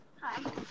Hi